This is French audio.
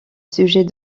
sujet